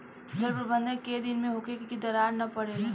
जल प्रबंधन केय दिन में होखे कि दरार न परेला?